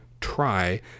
try